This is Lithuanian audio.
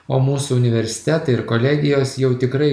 o mūsų universitetai ir kolegijos jau tikrai